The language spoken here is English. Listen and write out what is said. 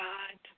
God